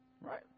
Right